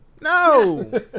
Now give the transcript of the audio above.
No